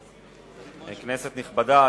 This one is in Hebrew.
כנסת נכבדה,